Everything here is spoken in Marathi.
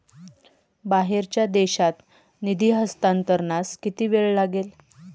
बाहेरच्या देशात निधी हस्तांतरणास किती वेळ लागेल?